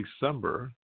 December